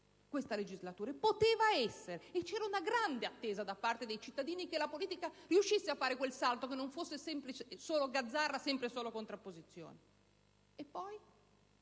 questa legislatura, e c'era una grande attesa da parte dei cittadini che la politica riuscisse a fare quel salto, che non fosse solo sempre gazzarra e solo contrapposizione. Ma poi